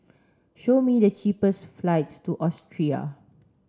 show me the cheapest flights to Austria